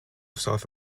south